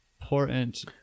important